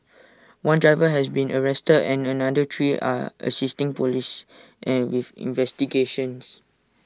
one driver has been arrested and another three are assisting Police an with investigations